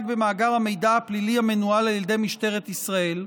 במאגר המידע הפלילי המנוהל על ידי משטרת ישראל,